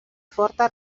forta